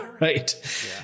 right